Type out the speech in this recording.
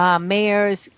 mayors